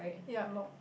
ya lock